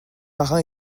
marins